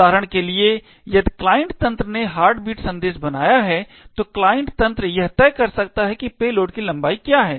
उदाहरण के लिए यदि क्लाइंट तंत्र ने हार्टबीट संदेश बनाया है तो क्लाइंट तंत्र यह तय कर सकता है कि पेलोड की लंबाई क्या है